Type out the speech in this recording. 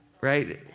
right